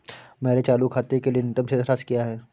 मेरे चालू खाते के लिए न्यूनतम शेष राशि क्या है?